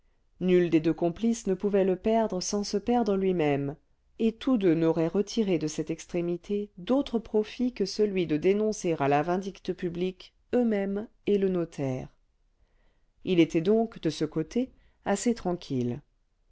nul des deux complices ne pouvait le perdre sans se perdre lui-même et tous deux n'auraient retiré de cette extrémité d'autre profit que celui de dénoncer à la vindicte publique eux-mêmes et le notaire il était donc de ce côté assez tranquille